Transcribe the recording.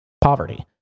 poverty